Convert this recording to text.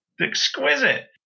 exquisite